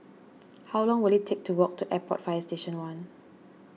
how long will it take to walk to Airport Fire Station one